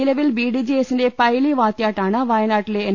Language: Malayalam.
നിലവിൽ ബിഡിജെഎസിന്റെ പൈലി വാത്യാട്ടാണ് വയനാട്ടിലെ എൻ